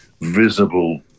visible